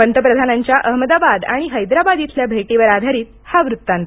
पंतप्रधानांच्या अहमदाबाद आणि हैदराबाद इथल्या भेटीवर आधारित हा वृत्तांत